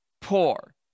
poor